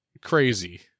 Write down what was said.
crazy